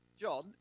John